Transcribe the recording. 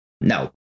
no